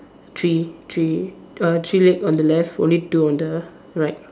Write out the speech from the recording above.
three three uh three leg on the left only two on the right